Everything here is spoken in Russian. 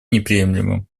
неприемлемым